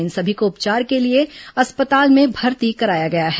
इन सभी को उपचार के लिए अस्पताल में भर्ती कराया गया है